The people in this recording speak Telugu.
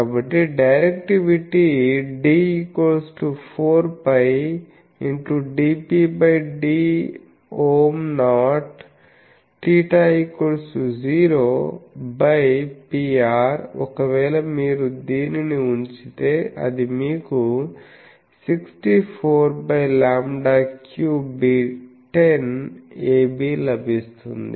కాబట్టి డైరెక్టివిటీ 4πdPdΩ0Iθ0Pr ఒకవేళ మీరు దీనిని ఉంచితే అది మీకు 64λ3β10ab లభిస్తుంది